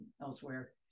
elsewhere